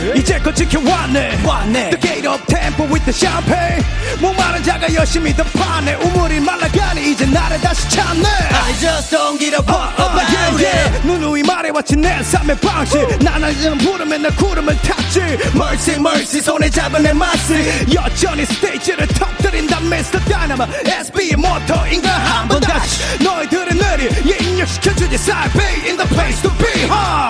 이제껏 지켜왔네. 왔네. The gate of temple with the champagne. 목마른 자가 열심히 더 파네. 우물이 말라가니 이제 나를 다시 찾네. I just don't get a part of Uh, uh, my yeah, own yeah. head. 누누이 말해왔지 내 삶의 방식. 우! 나날들은 부름에 내 구름을 탔지. 멀씨, 멀씨 손에 잡은 내 맛을. 여전히 스테이지를 터뜨린다, Mr. Dynamo. SB의 모토인 걸 한 번 다시. 너희들의 뇌를 입력시켜주지. Side B in the place to be, huh?